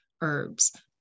herbs